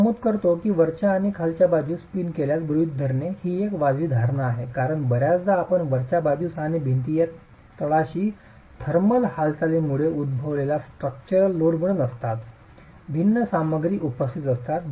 मी नमूद करतो की वरच्या आणि खालच्या बाजूस पिन केल्याची गृहित धरणे ही एक वाजवी धारणा आहे कारण बर्याचदा आपण वरच्या बाजूस आणि भिंतीच्या तळाशी थर्मल हालचालींमुळे उद्भवलेल्या स्ट्रक्चरल लोडमुळे नसतात भिन्न सामग्री उपस्थित असतात